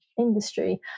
industry